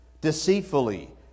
deceitfully